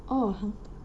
oh hun~